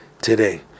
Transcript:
today